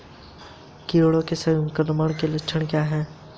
क्या खाते बिल भुगतान के साथ आते हैं?